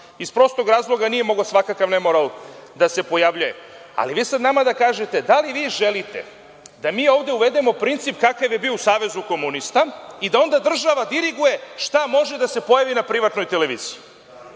iz prostog razloga što nije mogao svakakav nemoral da se pojavljuje. Ali, vi sada nama da kažete da li vi želite da mi ovde uvedemo princip kakav je bio u Savezu komunista i da onda država diriguje šta može da se pojavi na privatnoj televiziji.